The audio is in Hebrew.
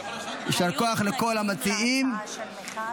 אין מתנגדים.